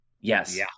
Yes